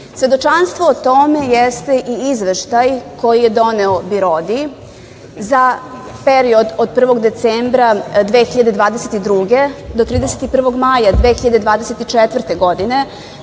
ljudi. Svedočanstvo tome jeste i izveštaj koji je doneo BIRODI za period od 1. decembra 2022. do 31. maja 2024. godine. Dakle,